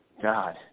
God